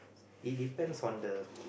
it depends on the